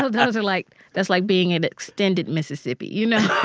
so those are like that's like being in extended mississippi, you know?